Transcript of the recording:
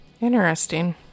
Interesting